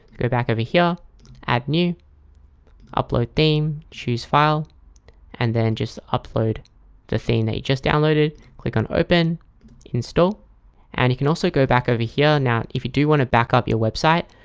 go back over here add new upload theme choose file and then just upload the theme that you just downloaded click on open install and you can also go back over here now if you do want to backup your website,